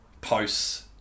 posts